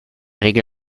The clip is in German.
regel